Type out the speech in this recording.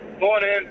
Morning